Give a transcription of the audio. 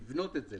לבנות את זה,